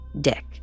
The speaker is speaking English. dick